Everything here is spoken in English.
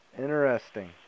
Interesting